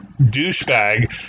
douchebag